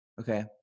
Okay